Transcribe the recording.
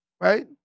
right